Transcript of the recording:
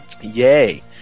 Yay